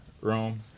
rome